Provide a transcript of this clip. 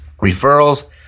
Referrals